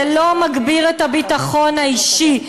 זה לא מגביר את הביטחון האישי,